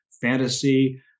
fantasy